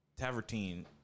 tavertine